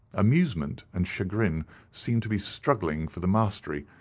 amusement and chagrin seemed to be struggling for the mastery,